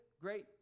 great